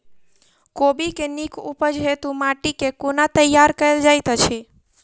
कोबी केँ नीक उपज हेतु माटि केँ कोना तैयार कएल जाइत अछि?